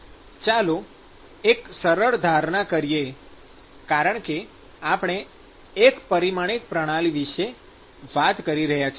ચાલો એક સરળ ધારણા કરીએ કારણ કે આપણે એક પરિમાણિક પ્રણાલી વિષે વાત કરી રહ્યા છીએ